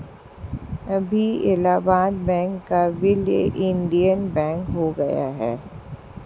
अभी इलाहाबाद बैंक का विलय इंडियन बैंक में हो गया है